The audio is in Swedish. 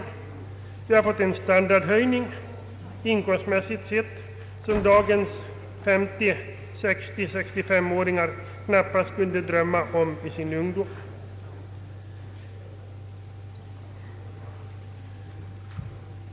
Och vi har fått en inkomstmässig standardhöjning som dagens 50-, 60-, 65-åringar knappast kunde drömma om i sin ungdom.